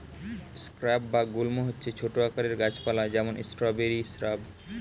shrub বা গুল্ম হচ্ছে ছোট আকারের গাছ পালা, যেমন স্ট্রবেরি শ্রাব